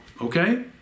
Okay